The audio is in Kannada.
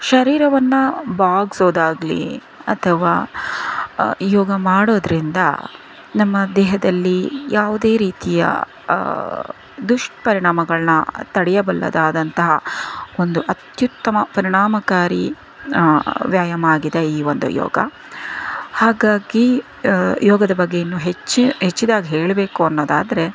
ಶರೀರವನ್ನು ಬಾಗಿಸೋದಾಗ್ಲಿ ಅಥವಾ ಯೋಗ ಮಾಡೋದ್ರಿಂದ ನಮ್ಮ ದೇಹದಲ್ಲಿ ಯಾವುದೇ ರೀತಿಯ ದುಷ್ಪರಿಣಾಮಗಳನ್ನ ತಡಿಯಬಲ್ಲದಾದಂತಹ ಒಂದು ಅತ್ಯುತ್ತಮ ಪರಿಣಾಮಕಾರಿ ವ್ಯಾಯಾಮ ಆಗಿದೆ ಈ ಒಂದು ಯೋಗ ಹಾಗಾಗಿ ಯೋಗದ ಬಗ್ಗೆ ಇನ್ನೂ ಹೆಚ್ಚು ಹೆಚ್ಚಿದಾಗಿ ಹೇಳಬೇಕು ಅನ್ನೋದಾದರೆ